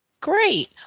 Great